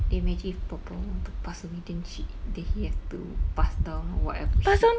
then imagine if papa want to pass away then she then he have to pass down or whatever shit